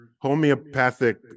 homeopathic